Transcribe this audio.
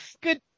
Good